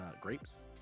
grapes